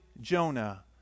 Jonah